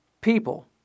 people